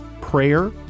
prayer